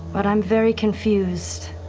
but i'm very confused.